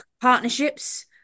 partnerships